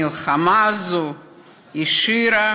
המלחמה הזאת השאירה